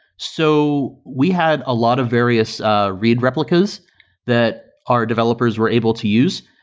so we had a lot of various read replicas that our developers were able to use.